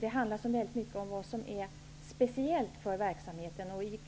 Det handlar mycket om vad som är speciellt för verksamheten.